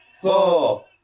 four